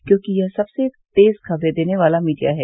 क्योंकि यह सबसे तेज खबरें देने वाला मीडिया है